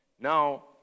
Now